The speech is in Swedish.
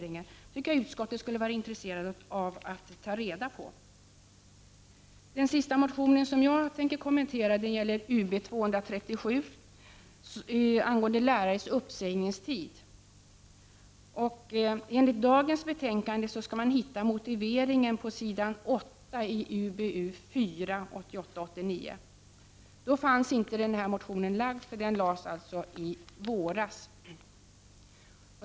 Det tycker jag utskottet skulle vara intresserat av att ta reda på. Den sista motion som jag tänker kommentera är Ub237 angående lärares uppsägningstid. Enligt dagens betänkande skall man hitta motiveringen på s. 8i 1988/89:UbU4. När det betänkandet skrevs fanns inte den här motionen — den väcktes i våras.